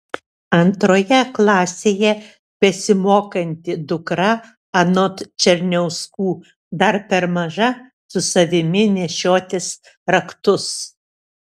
antroje klasėje besimokanti dukra anot černiauskų dar per maža su savimi nešiotis raktus